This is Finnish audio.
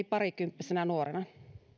parikymppisenä nuorena